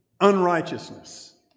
unrighteousness